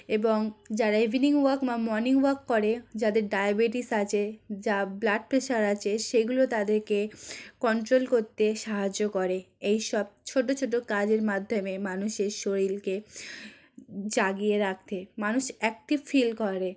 এবং যারা evening walk বা মর্নিং ওয়াক করে যাদের ডায়বেটিস আছে যা ব্লাড প্রেসার আছে সেগুলো তাদেরকে কন্ট্রোল করত সাহায্য করে এইসব ছোটো ছোটো কাজের মাধ্যমে মানুষের শরীরকে জাগিয়ে রাখতে মানুষ অ্যাক্টিভ ফিল করে